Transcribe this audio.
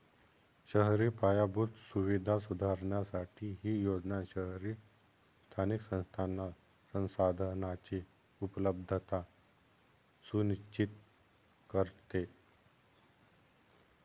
शहरी पायाभूत सुविधा सुधारण्यासाठी ही योजना शहरी स्थानिक संस्थांना संसाधनांची उपलब्धता सुनिश्चित करते